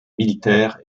militaires